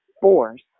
force